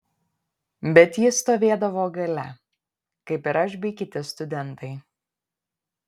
bet ji stovėdavo gale kaip ir aš bei kiti studentai